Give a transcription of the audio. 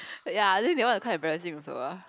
ya think that one was quite embarrassing also ah